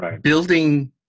building